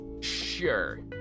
sure